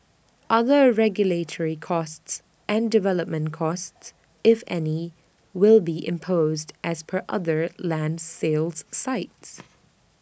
other regulatory costs and development costs if any will be imposed as per other land sales sites